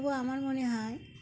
তবে আমার মনে হয়